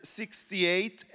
68